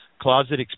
closet